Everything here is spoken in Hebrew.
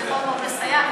זה מאוד מאוד מסייע.